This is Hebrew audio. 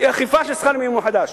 תהיה אכיפה של שכר מינימום חדש.